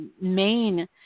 main